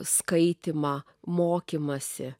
skaitymą mokymąsi